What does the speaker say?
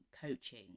coaching